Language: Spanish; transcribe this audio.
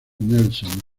nelson